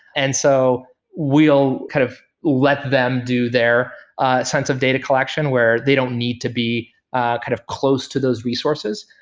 and so we'll kind of let them do their sense of data collection, where they don't need to be kind of close to those resources.